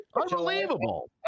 Unbelievable